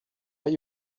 are